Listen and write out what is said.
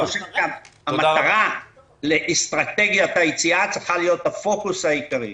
המטרה לאסטרטגיית היציאה צריכה להיות הפוקוס העיקרי.